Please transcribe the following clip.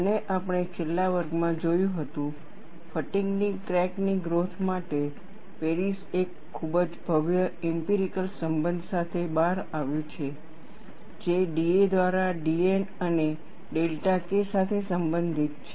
અને આપણે છેલ્લા વર્ગમાં જોયું હતું ફટીગ ની ક્રેક ની ગ્રોથ માટે પેરિસ એક ખૂબ જ ભવ્ય ઇમ્પિરિકલ સંબંધ સાથે બહાર આવ્યું છે જે da દ્વારા dN અને ડેલ્ટા k સાથે સંબંધિત છે